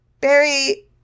Barry